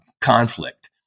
conflict